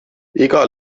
iga